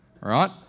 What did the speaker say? right